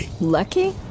Lucky